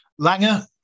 Langer